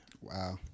Wow